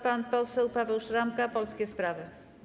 Pan poseł Paweł Szramka, Polskie Sprawy.